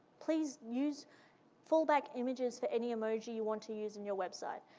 please use fallback images for any emoji you want to use in your website.